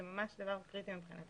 זה ממש דבר קריטי מבחינתנו.